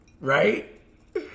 right